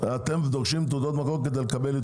אנחנו לא נחייב תעודות מקור,